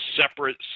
separate